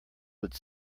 would